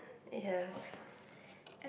it has